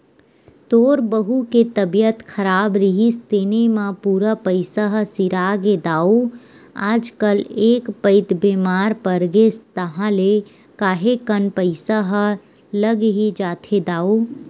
तोर बहू के तबीयत खराब रिहिस तेने म पूरा पइसा ह सिरागे दाऊ आजकल एक पइत बेमार परगेस ताहले काहेक कन पइसा ह लग ही जाथे दाऊ